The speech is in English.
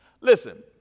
Listen